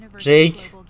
Jake